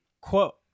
Quote